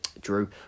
Drew